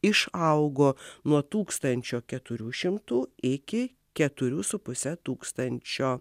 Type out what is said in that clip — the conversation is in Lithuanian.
išaugo nuo tūkstančio keturių šimtų iki keturių su puse tūkstančio